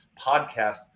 podcast